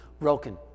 broken